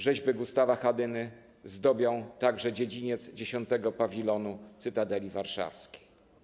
Rzeźby Gustawa Hadyny zdobią także dziedziniec X Pawilonu Cytadeli Warszawskiej.